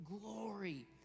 glory